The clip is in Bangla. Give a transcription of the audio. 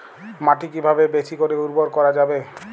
মাটি কিভাবে বেশী করে উর্বর করা যাবে?